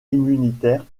immunitaire